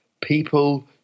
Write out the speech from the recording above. People